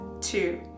Two